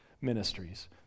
ministries